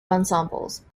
ensembles